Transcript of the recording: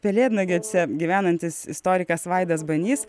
pelėdnagiuose gyvenantis istorikas vaidas banys